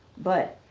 but,